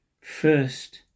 first